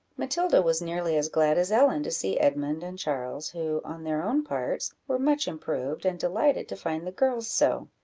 matilda was nearly as glad as ellen to see edmund and charles, who, on their own parts, were much improved, and delighted to find the girls so.